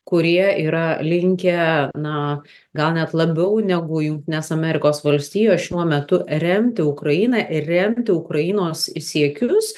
kurie yra linkę na gal net labiau negu jungtinės amerikos valstijos šiuo metu remti ukrainą ir remti ukrainos siekius